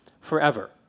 forever